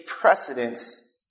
precedence